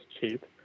cheap